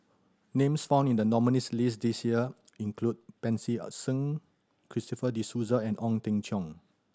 names found in the nominees' list this year include Pancy Seng Christopher De Souza and Ong Teng Cheong